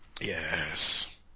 Yes